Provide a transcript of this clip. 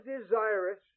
desirous